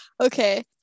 Okay